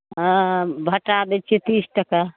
हँ भाँटा दैत छियै तीस टके